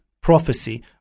prophecy